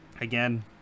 again